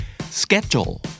Schedule